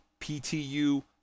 PTU